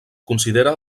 considera